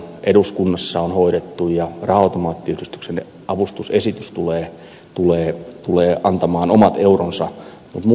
eduskunnassa on hoidettu ja raha automaattiyhdistyksen avustusesitys tulee antamaan omat euronsa